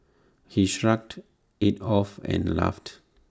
he shrugged IT off and laughed